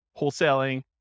wholesaling